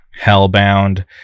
Hellbound